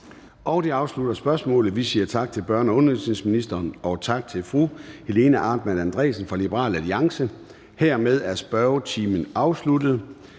Det afsluttede spørgsmålet. Vi siger tak til børne- og undervisningsministeren og til fru Helena Artmann Andresen fra Liberal Alliance. Hermed er spørgetiden afsluttet.